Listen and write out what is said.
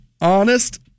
honest